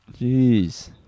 Jeez